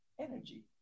energy